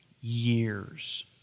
years